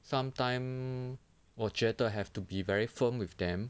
some time 我觉得 have to be very firm with them